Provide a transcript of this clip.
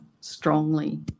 strongly